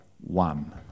one